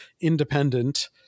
independent